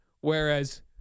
whereas